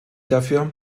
dafür